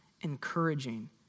encouraging